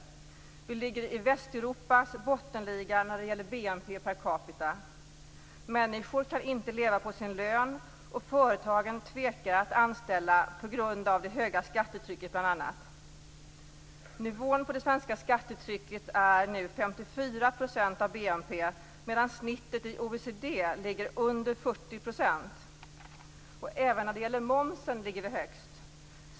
Vi ligger i Västeuropas bottenliga när det gäller BNP per capita. Människor kan inte leva på sin lön, och företagen tvekar att anställa på grund av bl.a. det höga skattetrycket. Nivån på det svenska skattetrycket är nu 54 % av BNP, medan snittet i OECD ligger under 40 %. Även när det gäller momsen ligger vi högst.